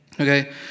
Okay